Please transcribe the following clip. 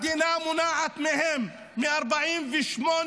המדינה מונעת מהם מ-48'